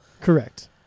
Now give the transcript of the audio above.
Correct